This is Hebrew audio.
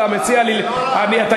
אתה מציע לי, זה לא רע.